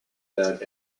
that